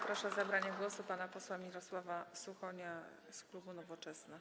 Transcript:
Proszę o zabranie głosu pana posła Mirosława Suchonia z klubu Nowoczesna.